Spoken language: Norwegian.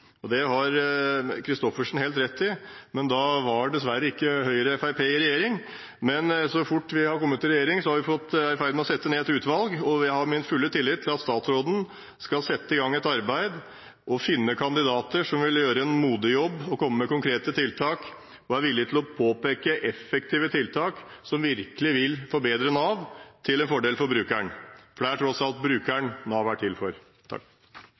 har Christoffersen helt rett i, men da var dessverre ikke Høyre og Fremskrittspartiet i regjering. Men så fort vi har kommet i regjering, er vi i ferd med å sette ned et utvalg. Jeg har min fulle tillit til at statsråden skal sette i gang et arbeid og finne kandidater som vil gjøre en modig jobb, komme med konkrete tiltak og er villig til å påpeke effektive tiltak som virkelig vil forbedre Nav for brukerne. For det er tross alt brukerne Nav er til for.